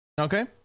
Okay